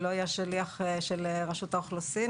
לא יהיה שליח של רשות האוכלוסין.